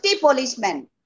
policemen